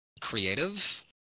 creative